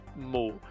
more